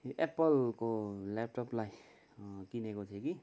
एप्पलको ल्यापटपलाई किनेको थिएँ कि